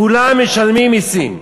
כולם משלמים מסים.